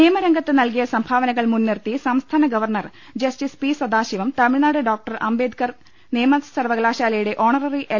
നിയമരംഗത്ത് നൽകിയ സംഭാവനകൾ മുൻനിർത്തി സംസ്ഥാന governor justice P Sathasivam Tamil Nadu doctor Ambedkar നിയമ സർവകലാശാലയുടെ ഓണററി എൽ